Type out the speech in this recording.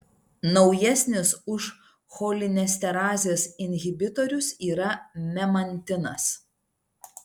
naujesnis už cholinesterazės inhibitorius yra memantinas